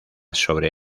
sobre